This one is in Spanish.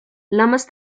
lamas